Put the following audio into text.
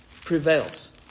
prevails